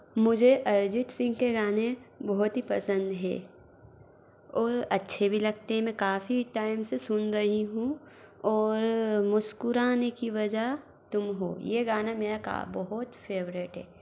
मुझे अरिजीत सिंह के गाने बहुत ही पसंद हैं और अच्छे भी लगते हैं मैं काफ़ी टाइम से सुन रही हूँ और मुस्कुराने की वजह तुम हो ये गाना मेरा का बहुत फेवरेट है